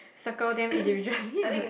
circle them individually or like